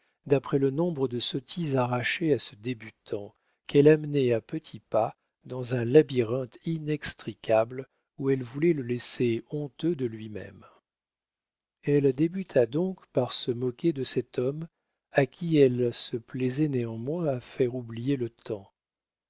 d'après le nombre de sottises arrachées à ce débutant qu'elle amenait à petits pas dans un labyrinthe inextricable où elle voulait le laisser honteux de lui-même elle débuta donc par se moquer de cet homme à qui elle se plaisait néanmoins à faire oublier le temps